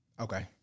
Okay